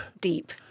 Deep